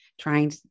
trying